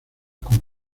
con